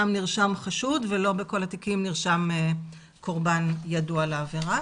נרשם חשוד ולא בכל התיקים נרשם קורבן ידוע לעבירה.